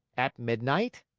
at midnight.